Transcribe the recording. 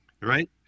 Right